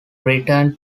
return